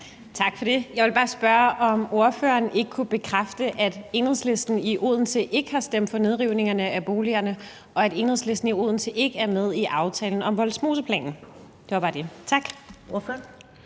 Tak for det. Jeg vil bare spørge, om ordføreren ikke kan bekræfte, at Enhedslisten i Odense ikke har stemt for nedrivningerne af boligerne, og at Enhedslisten i Odense ikke er med i aftalen om Vollsmoseplanen. Det var bare det. Tak.